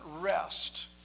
rest